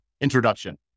introduction